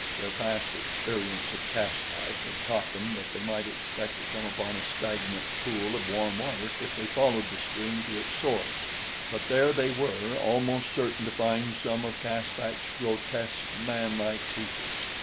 their past experience of caspak had taught them that they might expect to come upon a stagnant pool of warm water if they followed the stream to its source but there they were almost certain to find some of caspak's grotesque, manlike creatures.